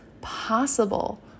possible